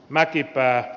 mäkipää